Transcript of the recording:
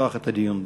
לפתוח את הדיון.